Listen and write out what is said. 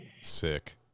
Sick